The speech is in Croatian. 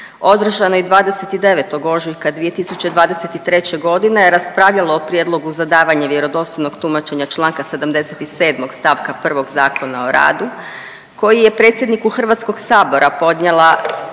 održanoj 29. ožujka 2023. godine raspravljalo o prijedlogu za davanje vjerodostojnog tumačenja Članka 77. stavak 1. Zakona o radu koji je predsjedniku Hrvatskog sabora podnijela